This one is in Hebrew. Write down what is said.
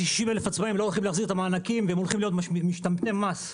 60,000 עצמאים לא הולכים להחזיר את המענקים והם הולכים להיות משתמטי מס.